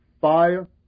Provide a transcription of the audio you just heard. fire